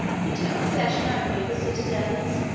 he took possession only of the citadels,